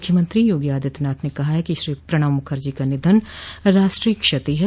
मुख्यमंत्री योगी आदित्यनाथा ने कहा कि श्री प्रणब मुखर्जी का निधन राष्ट्रीय क्षति है